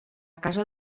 casa